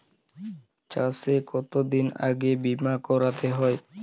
চাষে কতদিন আগে বিমা করাতে হয়?